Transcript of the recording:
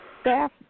staff